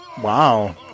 Wow